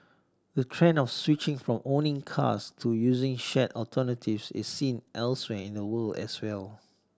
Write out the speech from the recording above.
the trend of switching from owning cars to using shared alternatives is seen elsewhere in the world as well